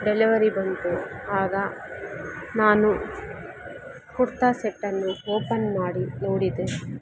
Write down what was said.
delivery ಬಂತು ಆಗ ನಾನು ಕುರ್ತಾ ಸೆಟ್ಟನ್ನು ಓಪನ್ ಮಾಡಿ ನೋಡಿದೆ